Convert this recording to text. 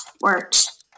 works